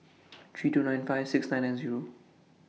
three two nine five six nine nine Zero